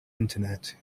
internet